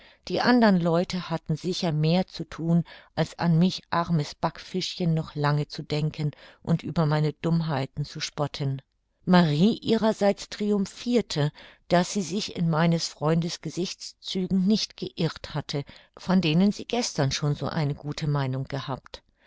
die andern leute hatten sicher mehr zu thun als an mich armes backfischchen noch lange zu denken und über meine dummheiten zu spotten marie ihrerseits triumphirte daß sie sich in meines freundes gesichtszügen nicht geirrt hatte von denen sie gestern schon eine so gute meinung gehabt